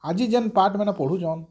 ଆଜି ଯେନ୍ ପାଠ୍ ମାନ୍ ପଢ଼ୁଛନ୍